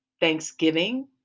thanksgiving